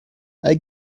hay